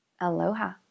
Aloha